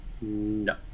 No